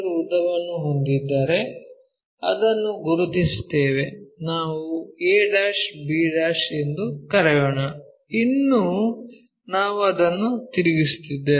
ಉದ್ದವನ್ನು ಹೊಂದಿದ್ದರೆ ಅದನ್ನು ಗುರುತಿಸುತ್ತೇವೆ ನಾವು ab ಎಂದು ಕರೆಯೋಣ ಇನ್ನೂ ನಾವು ಅದನ್ನು ತಿರುಗಿಸಿದ್ದೇವೆ